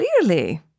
Clearly